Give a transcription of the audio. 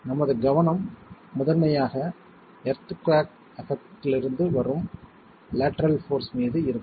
நமது கவனம் முதன்மையாக எர்த் குவாக் எபக்ட்லிருந்து வரும் லேட்டரல் போர்ஸ் மீது இருக்கும்